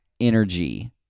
energy